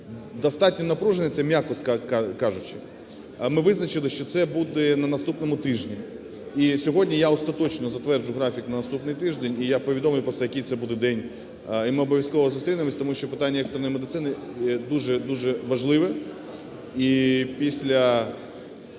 (достатньо напружений, це м'яко кажучи), ми визначили, що це буде на наступному тижні. І сьогодні я остаточно затверджу графік на наступний тиждень, і я повідомлю просто який це буде день, і ми обов'язково зустрінемося, тому що питання екстреної медицини дуже-дуже важливе.